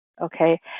Okay